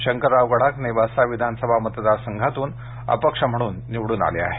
शंकरराव गडाख नेवासा विधानसभा मतदार संघातून अपक्ष म्हणून निवडून आले आहेत